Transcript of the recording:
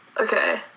Okay